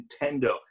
Nintendo